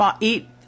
eat